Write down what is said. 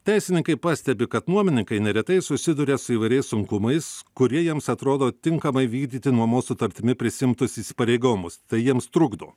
teisininkai pastebi kad nuomininkai neretai susiduria su įvairiais sunkumais kurie jiems atrodo tinkamai vykdyti nuomos sutartimi prisiimtus įsipareigojimus tai jiems trukdo